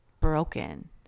broken